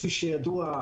כפי שידוע,